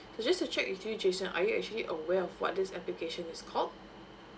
so just to check with you jason are you actually aware of what this application is called